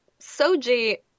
Soji